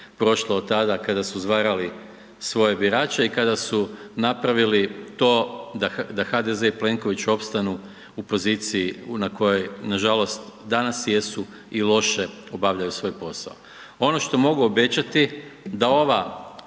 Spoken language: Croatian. prošlo od tada kada su izvarali svoje birače i kada su napravili to da HDZ i Plenković opstanu u poziciji na kojoj nažalost danas jesu i loše obavljaju svoj posao. Ono što mogu obećati, da ova